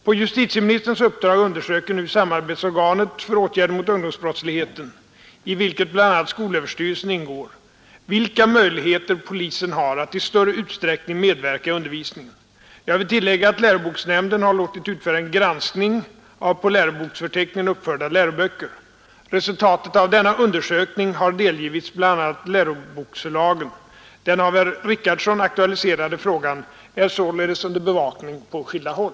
På justitieministerns uppdrag undersöker nu samarbetsorganet för åtgärder mot ungdomsbrottsligheten — i vilket bl.a. skolöverstyrelsen ingår — vilka möjligheter polisen har att i större utsträckning medverka i undervisningen. Jag vill tillägga att läroboksnämnden har låtit utföra en granskning av på läroboksförteckningen uppförda läroböcker. Resultatet av denna undersökning har delgivits bl.a. läroboksförlagen. Den av herr Richardson aktualiserade frågan är således under bevakning på skilda håll.